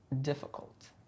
difficult